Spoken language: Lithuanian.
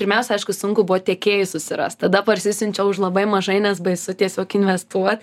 pirmiausia aišku sunku buvo tiekėjus susirast tada parsisiunčiau už labai mažai nes baisu tiesiog investuot